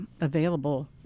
available